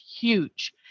huge